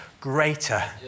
greater